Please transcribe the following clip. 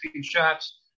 shots